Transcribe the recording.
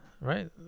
Right